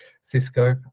Cisco